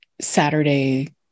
saturday